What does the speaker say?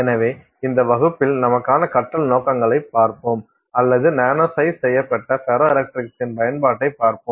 எனவே இந்த வகுப்பில் நமக்கான கற்றல் நோக்கங்களைப் பார்ப்போம் அல்லது நானோசைஸ் செய்யப்பட்ட ஃபெரோஎலக்ட்ரிக்ஸின் பயன்பாட்டைப் பார்ப்போம்